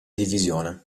divisione